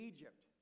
Egypt